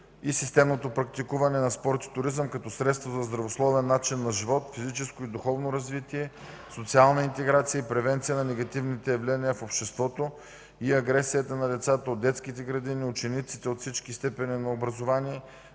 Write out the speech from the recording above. и системното практикуване на спорт и туризъм като средство за здравословен начин на живот, физическо и духовно развитие, социална интеграция и превенция на негативните явления в обществото и агресията на децата от детските градини, учениците от всички степени на образование,